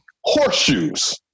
Horseshoes